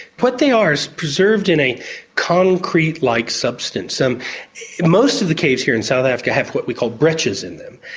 what they are is preserved in a concrete-like substance. um most of the caves here in south africa have what we call breccias in them,